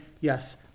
yes